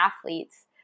athletes